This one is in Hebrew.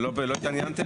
ולא התעניינתם?